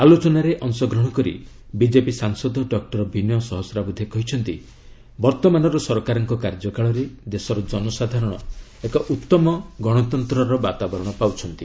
ଆଲୋଚନାରେ ଅଂଶଗ୍ରହଣ କରି ବିଜେପି ସାଂସଦ ଡକ୍ଟର ବିନୟ ସହସ୍ରାବୃଦ୍ଧେ କହିଛନ୍ତି ବର୍ତ୍ତମାନର ସରକାରଙ୍କ କାର୍ଯ୍ୟକାଳରେ ଦେଶର ଜନସାଧାରଣ ଏକ ଉତ୍ତମ ଗଣତନ୍ତର ବାତାବରଣ ପାଉଛନ୍ତି